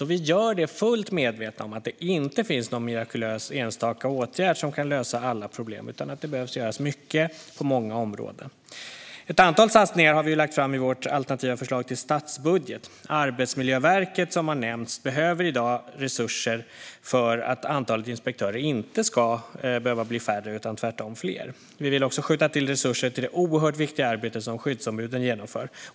Och vi gör det fullt medvetna om att det inte finns någon mirakulös enstaka åtgärd som kan lösa alla problem utan att det behöver göras mycket på många områden. Ett antal satsningar har vi lagt fram i vårt alternativa förslag till statsbudget. Arbetsmiljöverket, som har nämnts, behöver i dag resurser för att antalet inspektörer inte ska behöva bli färre utan tvärtom fler. Vi vill också skjuta till resurser till det oerhört viktiga arbete som skyddsombuden genomför.